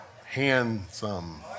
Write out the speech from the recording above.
Handsome